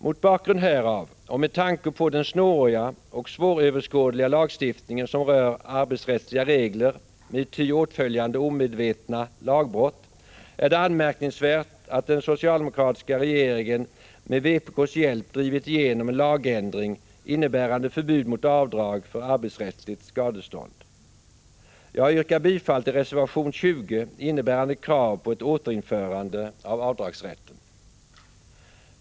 Mot bakgrund härav och med tanke på den snåriga och svåröverskådliga lagstiftning som rör arbetsrättsliga regler med ty åtföljande omedvetna lagbrott, är det anmärkningsvärt att den socialdemokratiska regeringen med vpk:s hjälp drivit igenom en lagändring innebärande förbud mot avdrag för arbetsrättsligt skadestånd. Jag yrkar bifall till reservation 20, innebärande krav på ett återinförande av avdragsrätten.